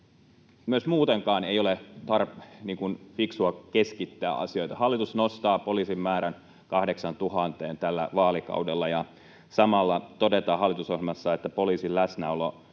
Muutenkaan ei ole fiksua keskittää asioita. Hallitus nostaa poliisien määrän 8 000:een tällä vaalikaudella, ja samalla hallitusohjelmassa todetaan, että poliisin läsnäolo